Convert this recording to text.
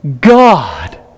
God